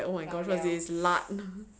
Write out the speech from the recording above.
老了